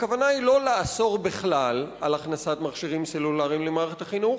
הכוונה היא לא לאסור בכלל הכנסת מכשירים סלולריים למערכת החינוך,